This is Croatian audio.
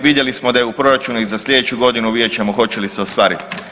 Vidjeli smo da je u Proračunu i za sljedeću godinu, vidjet ćemo hoće li se ostvariti.